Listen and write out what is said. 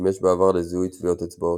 שימש בעבר לזיהוי טביעות אצבעות.